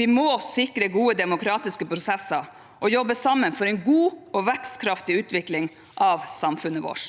Vi må sikre gode demokratiske prosesser og jobbe sammen for en god og vekstkraftig utvikling av samfunnet vårt.